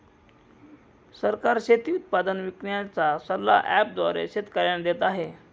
सरकार शेती उत्पादन विकण्याचा सल्ला ॲप द्वारे शेतकऱ्यांना देते आहे